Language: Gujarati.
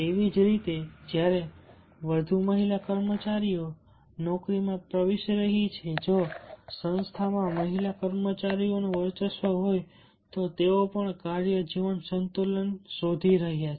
તેવી જ રીતે જ્યારે વધુ મહિલા કર્મચારીઓ નોકરીમાં પ્રવેશી રહી છે જો સંસ્થામાં મહિલા કર્મચારીઓનું વર્ચસ્વ હોય તો તેઓ પણ કાર્ય જીવન સંતુલન શોધી રહ્યા છે